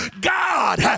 God